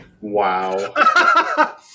Wow